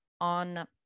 on